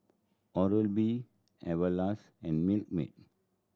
Oral B Everlast and Milkmaid